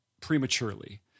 prematurely